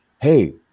Hey